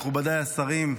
מכובדיי השרים,